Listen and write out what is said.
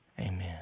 amen